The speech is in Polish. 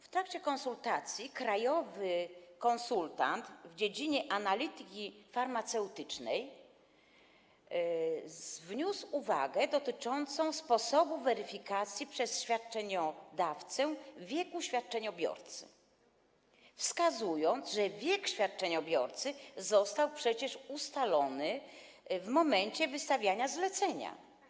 W trakcie konsultacji krajowy konsultant w dziedzinie analityki farmaceutycznej wniósł uwagę dotyczącą sposobu weryfikacji przez świadczeniodawcę wieku świadczeniobiorcy, wskazując, że wiek świadczeniobiorcy został przecież ustalony w momencie wystawiania zlecenia.